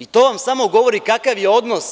I, to vam samo govori kakav je odnos